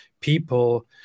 people